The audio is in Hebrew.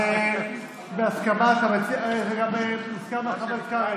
זה גם מוסכם על חבר הכנסת קרעי,